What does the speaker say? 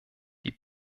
die